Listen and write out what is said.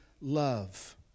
love